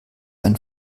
einen